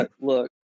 look